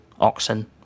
oxen